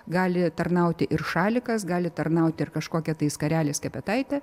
gali tarnauti ir šalikas gali tarnauti ir kažkokia tai skarelė skepetaitė